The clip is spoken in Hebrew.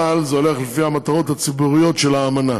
אבל זה הולך לפי המטרות הציבוריות של האמנה.